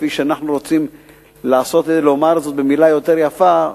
כפי שאנחנו רוצים לומר זאת במלה יותר יפה,